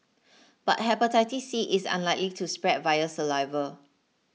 but Hepatitis C is unlikely to spread via saliva